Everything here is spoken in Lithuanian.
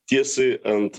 tiesiai ant